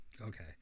Okay